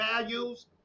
values